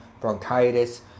bronchitis